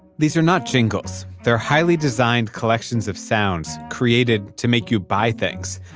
these are not jingles. they're highly designed collections of sounds created to make you. buy things.